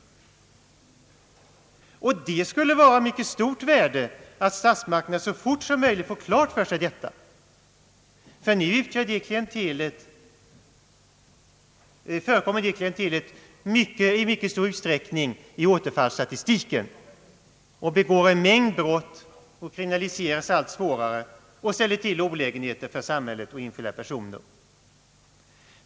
Det skulle vara av mycket stort värde att statsmakterna så fort som möjligt får detta klart för sig, ty nu förekommer detta klientel i mycket stor utsträckning i återfallsstatistiken. De begår en mängd brott och kriminaliseras allt svårare samt ställer till svårigheter för samhället och enskilda personer.